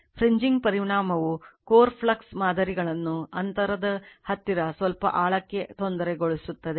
fringing ಪರಿಣಾಮವು core flux ಮಾದರಿಗಳನ್ನು ಅಂತರದ ಹತ್ತಿರ ಸ್ವಲ್ಪ ಆಳಕ್ಕೆ ತೊಂದರೆಗೊಳಿಸುತ್ತದೆ